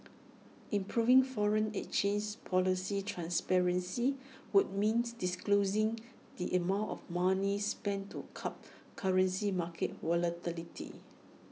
improving foreign exchange policy transparency would means disclosing the amount of money spent to curb currency market volatility